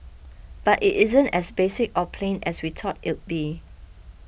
but it isn't as basic or plain as we thought it'd be